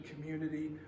community